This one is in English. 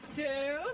two